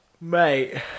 mate